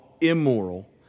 immoral